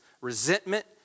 resentment